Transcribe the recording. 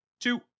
two